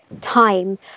time